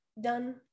done